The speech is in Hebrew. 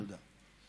תודה.